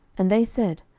and they said,